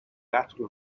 battle